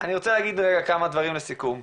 אני רוצה להגיד כמה דברים לסיכום.